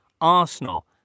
Arsenal